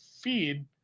feed